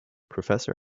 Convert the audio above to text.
professor